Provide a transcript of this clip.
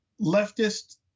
leftist